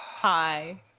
Hi